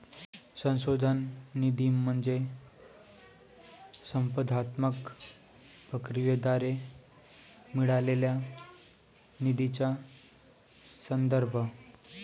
संशोधन निधी म्हणजे स्पर्धात्मक प्रक्रियेद्वारे मिळालेल्या निधीचा संदर्भ